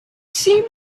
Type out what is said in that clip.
seemed